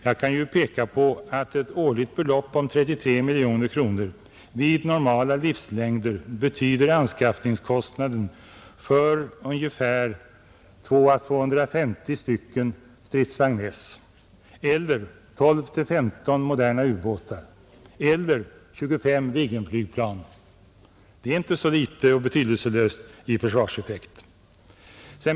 Jag kan peka på att ett årligt belopp på 33 miljoner kronor vid normala livslängder betyder anskaffningskostnaden för 200 å 250 stycken stridsvagn S eller 12 — 15 moderna ubåtar eller 25 flygplan av typen Viggen. Det är inte så litet och betydelselöst i försvarseffekt.